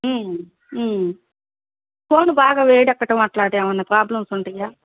phone బాగా వేడకడం అట్లాటివి ఏమన్నా ప్రాబ్లమ్స్ ఉంటాయా